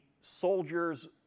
soldier's